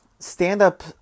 stand-up